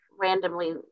randomly